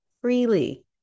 freely